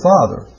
Father